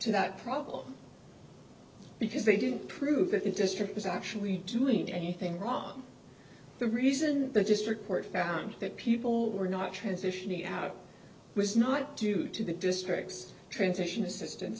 to that problem because they didn't prove that it district was actually doing anything wrong the reason the district court found that people were not transitioning out was not due to the district's transition assistance